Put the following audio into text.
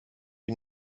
ihn